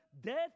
death